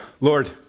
Lord